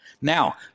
Now